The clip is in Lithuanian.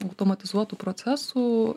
automatizuotų procesų